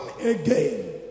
again